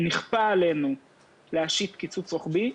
נכפה עלינו להשית קיצוץ רוחבי.